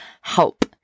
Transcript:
Help